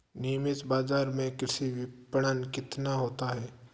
नियमित बाज़ार में कृषि विपणन कितना होता है?